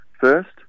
first